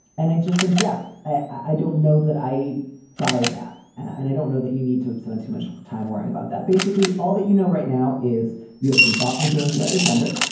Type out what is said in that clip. and i just think, yep. i don't know that i buy that. and i don't know that you need to spend too much time worrying about that. basically, all that you know right now is you have some thoughts and feelings about your gender